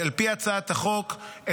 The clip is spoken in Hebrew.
על פי הצעת החוק,